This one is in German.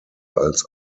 als